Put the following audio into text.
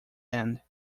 hand